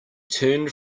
turned